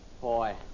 Boy